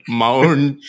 mount